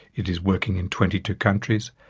it is working in twenty two countries.